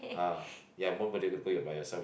ah ya more worth it to go by yourself